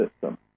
system